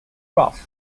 roth